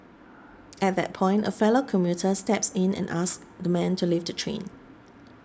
at that point a fellow commuter steps in and asks the man to leave the train